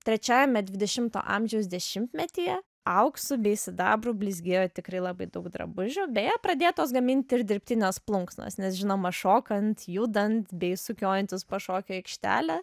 trečiajame dvidešimto amžiaus dešimtmetyje auksu bei sidabru blizgėjo tikrai labai daug drabužių beje pradėtos gaminti ir dirbtinės plunksnos nes žinoma šokant judant bei sukiojantis po šokio aikštelę